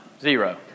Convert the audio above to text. zero